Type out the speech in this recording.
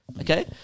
okay